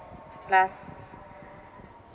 plus